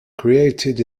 created